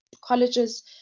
colleges